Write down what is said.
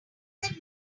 had